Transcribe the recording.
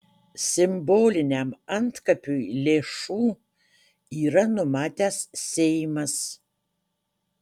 simboliniam antkapiui lėšų yra numatęs seimas